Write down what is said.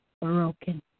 Broken